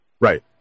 Right